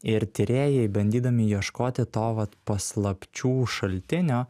ir tyrėjai bandydami ieškoti to vat paslapčių šaltinio